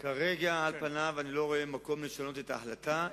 כרגע, על פניו, אני לא רואה מקום לשנות את ההחלטה.